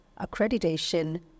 Accreditation